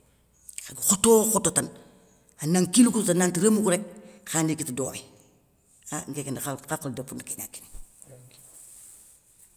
Aga khoto wo khoto tane, ana nkilou kou khiri nanti rémou kou rék khaya ndi kita domé, ah nkéké nda nhakhilou dépou ni ké gna kininŋa.